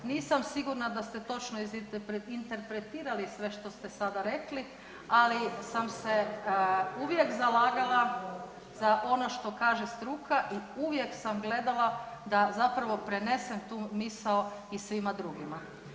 Nisam sigurna da ste točno izinterpretirali sve što ste sada rekli, ali sam se uvijek zalagala za ono što kaže struka i uvijek sam gledala da zapravo prenesem tu misao i svima drugima.